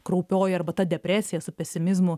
kraupioji arba ta depresija su pesimizmu